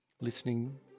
listening